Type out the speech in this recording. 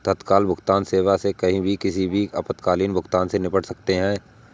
तत्काल भुगतान सेवा से कहीं भी किसी भी आपातकालीन भुगतान से निपट सकते है